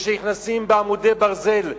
ונכנסים בעמודי ברזל,